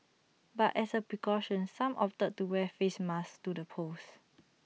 but as A precaution some opted to wear face masks to the polls